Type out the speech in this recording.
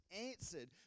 answered